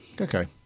okay